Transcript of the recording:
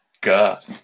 God